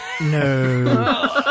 No